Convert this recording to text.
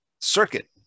circuit